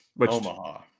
Omaha